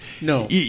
No